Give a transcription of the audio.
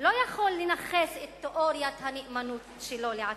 לא יכול לנכס את תיאוריית הנאמנות שלו לעצמו.